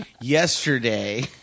yesterday